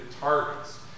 targets